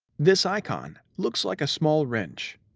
this icon looks like a small wrench.